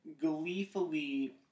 gleefully